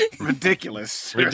ridiculous